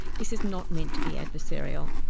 this is not meant to be adversarial,